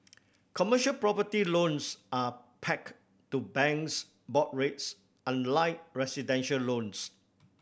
commercial property loans are pack to banks' board rates unlike residential loans